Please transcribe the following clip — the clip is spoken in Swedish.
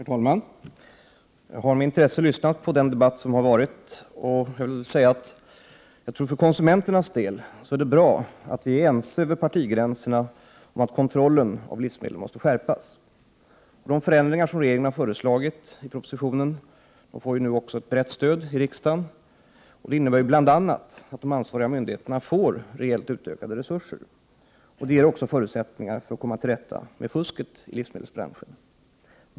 Herr talman! Jag har med intresse lyssnat på den debatt som har varit. Jag tror att det för konsumenternas del är bra att vi är ense över partigränserna om att kontrollen av livsmedel måste skärpas. De förändringar som regeringen har föreslagit i propositionen får ett brett stöd i riksdagen. Det innebär bl.a. att de ansvariga myndigheterna får rejält utökade resurser. Det ger förutsättningar att komma till rätta med fusket i livsmedelsbranschen.